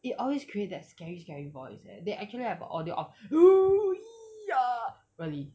it always create that scary scary voice eh they actually have a audio of oo !ee! ah really